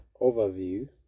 overview